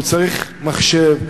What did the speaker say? הוא צריך מחשב,